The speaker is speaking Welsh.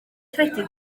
credu